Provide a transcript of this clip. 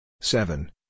Seven